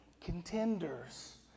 contenders